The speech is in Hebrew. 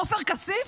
עופר כסיף,